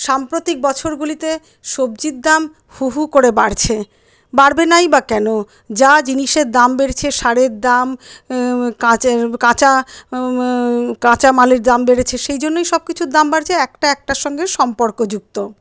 সাম্প্রতিক বছরগুলিতে সবজির দাম হু হু করে বাড়ছে বাড়বে নাই বা কেন যা জিনিসের দাম বেড়েছে সারের দাম কাঁচা কাঁচা মালের দাম বেড়েছে সেইজন্যই সবকিছুর দাম বাড়ছে একটা একটার সঙ্গে সম্পর্কযুক্ত